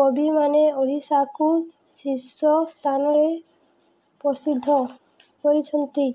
କବିମାନେ ଓଡ଼ିଶାକୁ ଶୀର୍ଷ ସ୍ଥାନରେ ପ୍ରସିଦ୍ଧ କରିଛନ୍ତି